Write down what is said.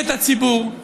עוד ג'ובים